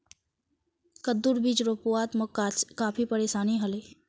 कद्दूर बीज रोपवात मोक काफी परेशानी ह ले